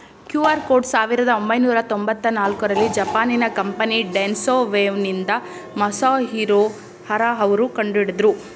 QR code ಸಾವಿರದ ಒಂಬೈನೂರ ತೊಂಬತ್ತ ನಾಲ್ಕುರಲ್ಲಿ ಜಪಾನಿನ ಕಂಪನಿ ಡೆನ್ಸೊ ವೇವ್ನಿಂದ ಮಸಾಹಿರೊ ಹರಾ ಅವ್ರು ಕಂಡುಹಿಡಿದ್ರು